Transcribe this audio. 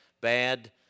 bad